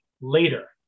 later